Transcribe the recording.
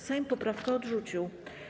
Sejm poprawkę odrzucił.